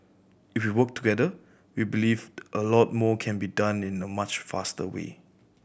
if we work together we believed a lot more can be done in a much faster way